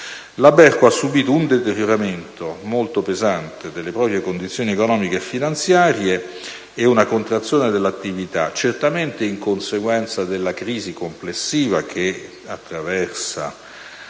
La Berco ha subìto un deterioramento molto pesante delle proprie condizioni economiche e finanziarie e una contrazione dell'attività certamente in conseguenza della crisi economica complessiva che attraversa